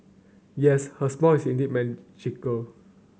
yes her smile is indeed magical